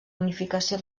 unificació